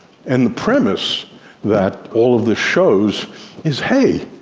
and the premise that all of this shows is hey,